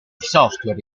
software